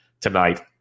tonight